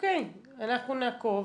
אנחנו נעקוב